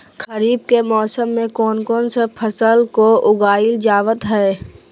खरीफ के मौसम में कौन कौन सा फसल को उगाई जावत हैं?